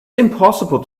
impossible